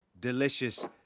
Delicious